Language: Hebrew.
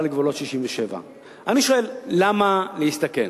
לגבולות 67'. אני שואל: למה להסתכן,